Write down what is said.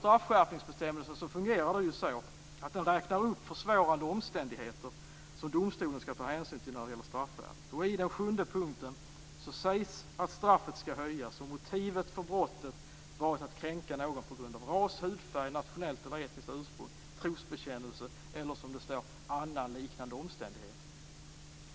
Straffskärpningsbestämmelsen fungerar så att där räknas upp försvårande omständigheter som domstolen skall ta hänsyn till när det gäller straffvärdet. I den sjunde punkten sägs att straffet skall höjas om motivet för brottet varit att kränka någon på grund av ras, hudfärg, nationellt eller etniskt ursprung, trosbekännelse eller, som det står, annan liknande omständighet.